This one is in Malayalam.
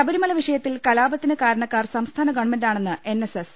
ശബരിമല വിഷയത്തിൽ ്കലാപത്തിന് കാരണക്കാർ സംസ്ഥാന ഗവൺമെൻറാണെന്ന് എൻഎസ്എസ്